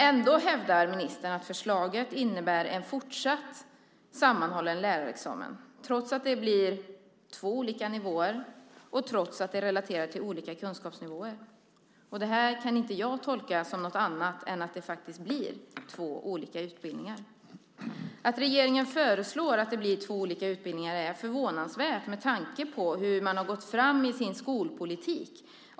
Ändå hävdar ministern att förslaget innebär en fortsatt sammanhållen lärarexamen, trots att det blir två olika nivåer och trots att de relaterar till olika kunskapsnivåer. Det kan jag inte tolka som något annat än att det faktiskt blir två olika utbildningar. Att regeringen föreslår att det blir två olika utbildningar är förvånansvärt med tanke på vad man har fört fram i sin skolpolitik.